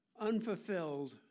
unfulfilled